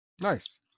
Nice